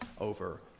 over